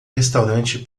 restaurante